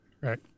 right